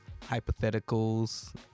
hypotheticals